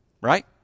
right